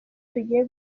tugiye